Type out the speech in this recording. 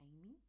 Amy